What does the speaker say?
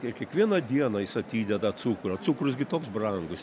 ir kiekvieną dieną jis atideda cukrų cukrus gi toks brangus